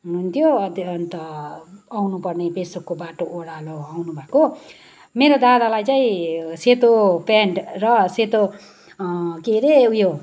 हुनुहुन्थ्यो अन्त आउँनु पर्ने पेसोकको बाटो ओह्रालो आउँनु भएको मेरो दादालाई चाहिँ सेतो पेन्ट र सेतो के अरे उयो